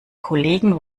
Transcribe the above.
kollegen